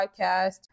podcast